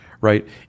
right